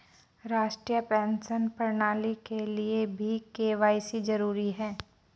राष्ट्रीय पेंशन प्रणाली के लिए भी के.वाई.सी जरूरी है